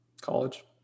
college